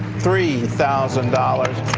three thousand dollars.